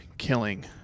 killing